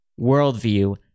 worldview